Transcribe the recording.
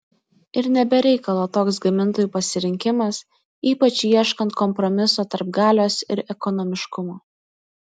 ir ne be reikalo toks gamintojų pasirinkimas ypač ieškant kompromiso tarp galios ir ekonomiškumo